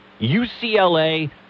UCLA